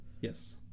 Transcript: Yes